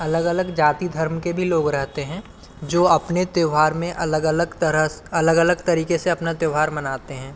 अलग अलग जाति धर्म के भी लोग रहते हैं जो अपने त्यौहार में अलग अलग तरह से अलग अलग तरीक़े से अपना त्यौहार मनाते हैं